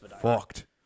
fucked